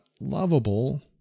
lovable